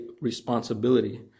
responsibility